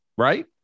Right